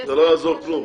זה לא יעזור כלום.